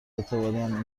اعتباریم